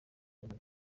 babiri